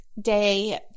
day